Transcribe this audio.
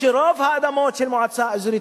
אף-על-פי שרוב האדמות של מועצה אזורית